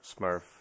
Smurf